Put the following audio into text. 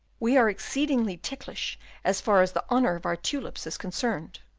we are exceedingly ticklish as far as the honour of our tulips is concerned.